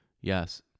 Yes